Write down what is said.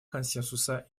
консенсуса